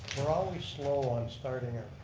we're always slow on starting a